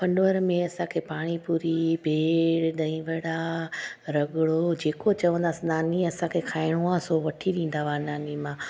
हनवर में असांखे पानीपूरी भेल दहीबड़ा रगड़ो जेको चवंदासीं नानी असांखे खाइणो आहे सो वठी ॾींदा हुआ नानी मां